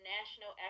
National